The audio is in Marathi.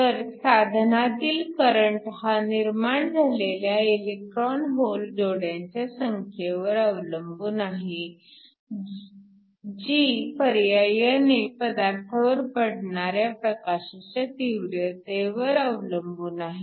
तर साधनातील करंट हा निर्माण झालेल्या इलेक्ट्रॉन होल जोड्यांच्या संख्येवर अवलंबून आहे जी पर्यायाने पदार्थावर पडणाऱ्या प्रकाशाच्या तीव्रतेवर अवलंबून आहे